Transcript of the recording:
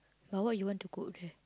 but what you want to cook there